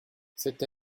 cette